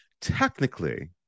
technically